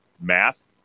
math